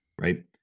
right